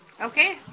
Okay